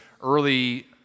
early